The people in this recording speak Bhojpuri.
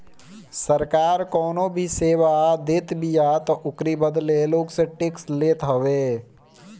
सरकार कवनो भी सेवा देतबिया तअ ओकरी बदले लोग से टेक्स लेत हवे